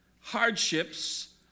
hardships